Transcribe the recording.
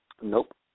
Nope